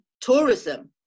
tourism